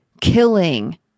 killing